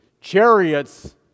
chariots